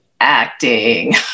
acting